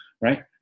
right